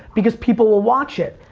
because people will watch it.